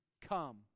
come